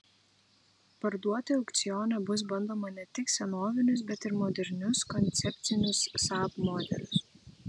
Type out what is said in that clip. parduoti aukcione bus bandoma ne tik senovinius bet ir modernius koncepcinius saab modelius